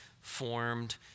formed